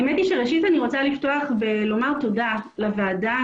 אני רוצה לפתוח ולומר תודה לוועדה,